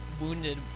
wounded